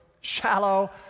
shallow